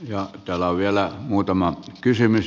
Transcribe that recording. ja täällä on vielä muutama kysymys